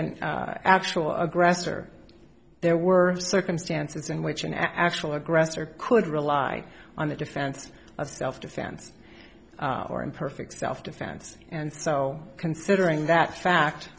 and actual aggressor there were circumstances in which an actual aggressor could rely on the defense of self defense or imperfect self defense and so considering that fact